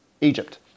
Egypt